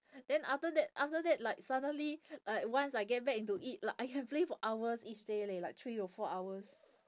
then after that after that like suddenly like once I get back into it like I can play for hours each day leh like three to four hours